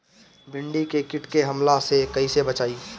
भींडी के कीट के हमला से कइसे बचाई?